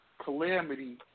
calamity